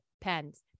pens